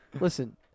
listen